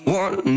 one